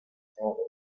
knowledge